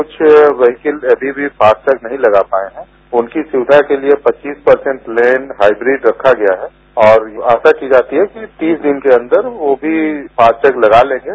कुछ व्हीकल अभी भी फास्टैग नहीं लगा पाए हैं उनकी सुविघा के लिए पच्चीस परसेंट लेन हाइब्रिड रखा गया है और आशा की जाती है कि तीस दिन के अंदर वह भी फास्टैग लगा लेंगे